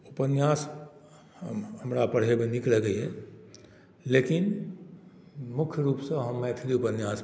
उपन्यास हमरा पढ़यमे नीक लगैए लेकिन मुख्य रूपसँ हम मैथिली उपन्यास